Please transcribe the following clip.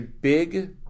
big